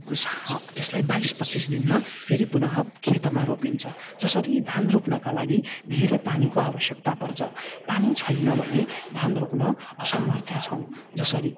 त्यसलाई बाइस पच्चिस दिनमा फेरि पुनः खेतमा रोपिन्छ जसरी धान रोप्नका लागि धेरै पानीको आवश्यकता पर्छ पानी छैन भने धान रोप्न असमर्थ छौँ जसरी